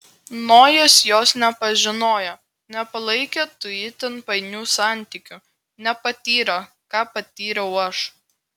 nojus jos nepažinojo nepalaikė tų itin painių santykių nepatyrė ką patyriau aš